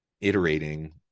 iterating